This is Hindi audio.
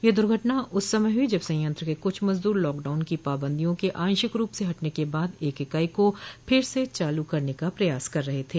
यह दुर्घटना उस समय हुई जब संयंत्र के कुछ मजदूर लॉकडाउन की पाबंदियों के आंशिक रूप से हटने के बाद एक इकाई को फिर से चालू करने का प्रयास कर रहे थे